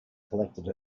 collected